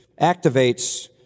activates